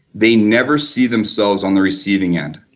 they never see themselves on the receiving end,